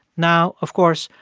now, of course,